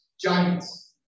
Giants